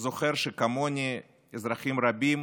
זוכר שכמוני אזרחים רבים